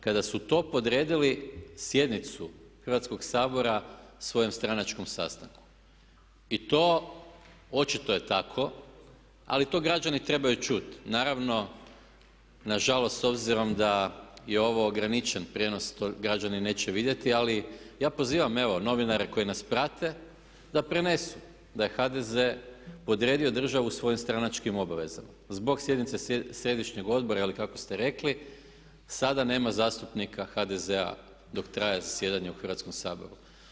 Kada su to podredili sjednicu Hrvatskog sabora svojom stranačkom sastanku i to očito je tako ali to građani trebaju čuti, naravno nažalost s obzirom da je ovo ograničen prijenos to građani neće vidjeti, ali evo ja pozivam evo novinare koji nas prate da prenesu da je HDZ podredio svojim stranačkim obavezama zbog sjednice središnjeg odbora ili kako ste rekli sada nema zastupnika HDZ-a dok traje zasjedanje u Hrvatskom saboru.